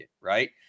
right